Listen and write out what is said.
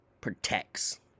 protects